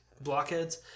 Blockheads